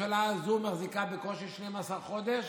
הממשלה הזאת מחזיקה בקושי 12 חודשים